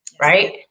right